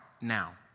now